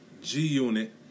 G-Unit